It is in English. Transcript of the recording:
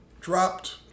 dropped